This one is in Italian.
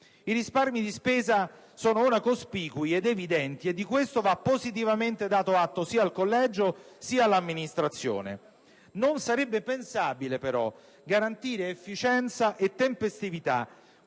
I risparmi di spesa sono ora cospicui ed evidenti e di questo va positivamente dato atto sia al Collegio sia all'Amministrazione; non sarebbe pensabile, però, garantire efficienza e tempestività